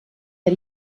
der